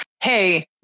hey